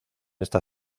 esta